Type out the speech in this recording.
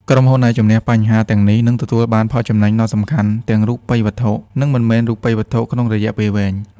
ក្រុមហ៊ុនដែលជម្នះបញ្ហាប្រឈមទាំងនេះនឹងទទួលបានផលចំណេញដ៏សំខាន់ទាំងរូបិយវត្ថុ និងមិនមែនរូបិយវត្ថុក្នុងរយៈពេលវែង។